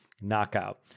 knockout